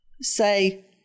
say